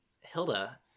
Hilda